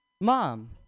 Mom